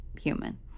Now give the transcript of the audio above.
human